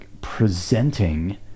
presenting